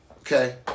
Okay